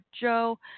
Joe